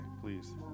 please